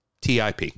tip